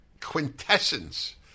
quintessence